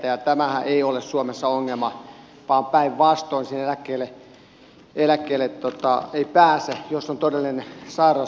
tämähän ei ole suomessa ongelma vaan päinvastoin sinne eläkkeelle ei pääse jos on todellinen sairaus ja sinne pitäisi päästä